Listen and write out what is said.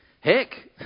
heck